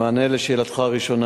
במענה על שאלתך הראשונה,